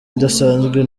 idasanzwe